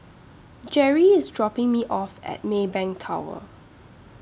Gerri IS dropping Me off At Maybank Tower